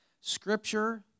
Scripture